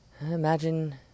imagine